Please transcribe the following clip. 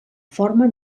forma